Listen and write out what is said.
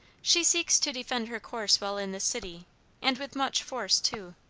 she seeks to defend her course while in this city and with much force, too.